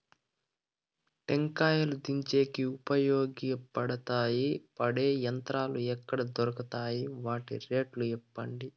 టెంకాయలు దించేకి ఉపయోగపడతాయి పడే యంత్రాలు ఎక్కడ దొరుకుతాయి? వాటి రేట్లు చెప్పండి?